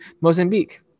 Mozambique